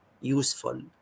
useful